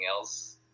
else